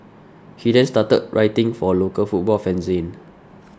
he then started writing for a local football fanzine